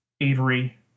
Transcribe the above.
Avery